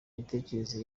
imitekerereze